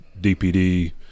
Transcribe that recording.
DPD